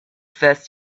first